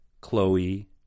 Chloe